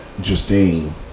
Justine